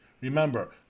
remember